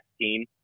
team